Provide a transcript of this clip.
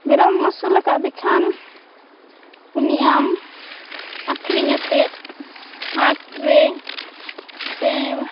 ᱢᱮᱨᱚᱢᱮᱢ ᱟᱹᱥᱩᱞ ᱟᱠᱟᱫᱮ ᱠᱷᱟᱱ ᱩᱱᱤ ᱟᱢ ᱟᱹᱠᱷᱨᱤᱧ ᱟᱛᱮᱫ ᱦᱟᱴᱨᱮ ᱥᱮ